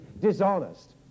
dishonest